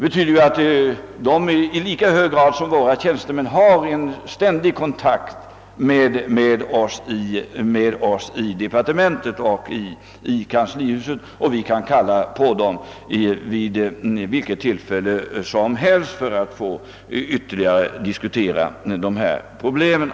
Dessa tjänstemän har i lika hög grad som våra egna tjänstemän ständig kontakt med oss i kanslihuset och vi kan kalla på dem vid vilket tillfälle som helst för att ytterligare få diskutera problemen.